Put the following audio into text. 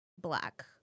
black